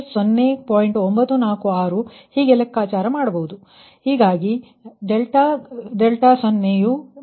946 ಹೀಗೆ ಲೆಕ್ಕಾಚಾರ ಮಾಡಬಹುದು